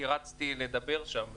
כנראה שזה נפל כשרצתי לדבר שם.